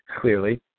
clearly